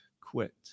quit